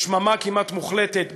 לשממה כמעט מוחלטת,